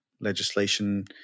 legislation